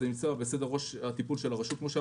זה נמצא בראש סדר הטיפול של הרשות.